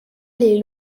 les